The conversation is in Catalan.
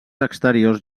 exteriors